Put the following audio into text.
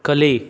ಕಲಿ